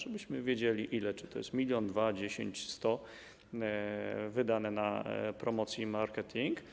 Żebyśmy wiedzieli, ile - czy to jest milion, dwa, dziesięć, sto, będzie wydane na promocję i marketing.